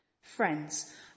Friends